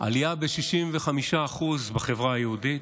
עלייה ב-65% בחברה היהודית.